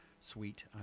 suite